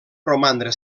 romandre